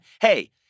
Hey